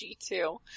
G2